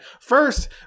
First